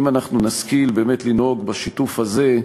אם אנחנו נשכיל לנהוג בשיתוף הזה,